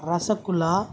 rasgulla